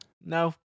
No